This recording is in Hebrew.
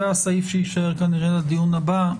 זה הסעיף שיישאר כנראה לדיון הבא.